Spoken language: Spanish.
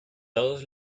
todos